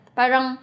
parang